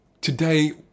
today